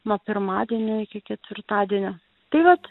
nuo pirmadienio iki ketvirtadienio tai vat